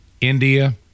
India